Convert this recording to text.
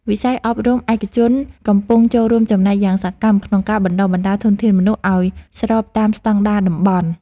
វិស័យអប់រំឯកជនកំពុងចូលរួមចំណែកយ៉ាងសកម្មក្នុងការបណ្តុះបណ្តាលធនធានមនុស្សឱ្យស្របតាមស្តង់ដារតំបន់។